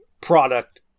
product